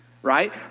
right